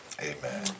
Amen